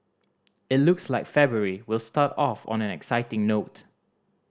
it looks like February will start off on an exciting note